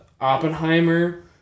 Oppenheimer